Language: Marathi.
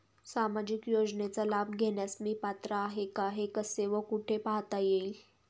सामाजिक योजनेचा लाभ घेण्यास मी पात्र आहे का हे कसे व कुठे पाहता येईल?